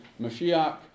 Mashiach